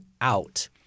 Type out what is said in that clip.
out